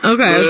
Okay